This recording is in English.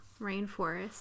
rainforest